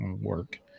work